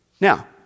Now